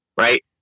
Right